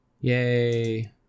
Yay